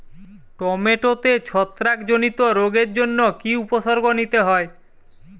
টমেটোতে ছত্রাক জনিত রোগের জন্য কি উপসর্গ নিতে হয়?